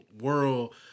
world